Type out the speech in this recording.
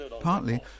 Partly